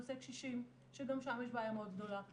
150 מהם הלכו לנושא קשישים שגם שם יש בעיה מאוד גדולה,